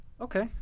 Okay